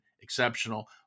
exceptional